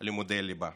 לימודי ליבה.